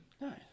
Nice